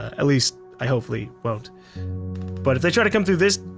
at least i hopefully won't but if they try to come through this,